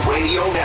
Radio